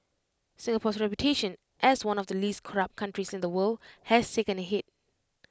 Singapore's reputation as one of the least corrupt countries in the world has taken A hit